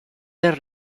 del